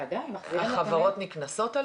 ובוודאי על נציגי הרשויות או החברות שמספקות את